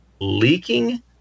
leaking